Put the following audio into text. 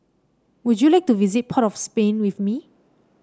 would you like to visit Port of Spain with me